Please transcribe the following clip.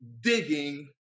Digging